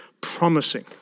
promising